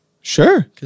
Sure